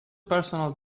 personal